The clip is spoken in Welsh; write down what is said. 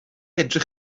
edrych